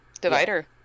divider